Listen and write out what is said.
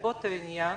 בנסיבות העניין